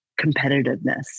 competitiveness